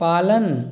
पालन